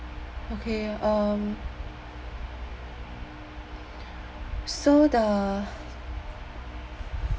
okay um so the